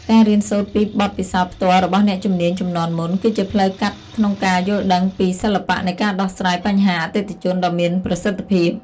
ការរៀនសូត្រពីបទពិសោធន៍ផ្ទាល់របស់អ្នកជំនាញជំនាន់មុន គឺជាផ្លូវកាត់ក្នុងការយល់ដឹងពីសិល្បៈនៃការដោះស្រាយបញ្ហាអតិថិជនដ៏មានប្រសិទ្ធភាព។